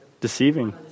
Deceiving